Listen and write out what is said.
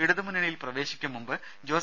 ഇടതു മുന്നണിയിൽ പ്രവേശിക്കും മുമ്പ് ജോസ്